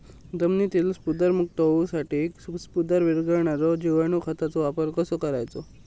जमिनीतील स्फुदरमुक्त होऊसाठीक स्फुदर वीरघळनारो जिवाणू खताचो वापर कसो करायचो?